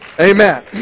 Amen